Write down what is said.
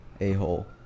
a-hole